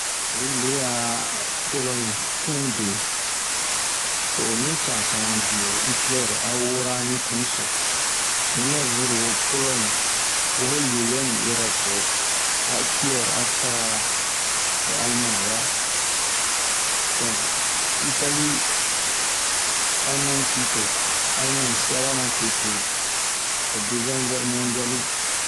Oyi le'a pɔlɔɲe tun be, to'o mi cansan bio Itilɛre a wara ri tun so, unyi bɛ vuru polɔɲe wo ho loo yɛɛ nɛ erɔpuh aItilɛre a fara alemaɲe wa. Donk Itali, Alemaɲe pilito ,alemaɲe siaba matete ho deziɛme gɛre mɔndiali.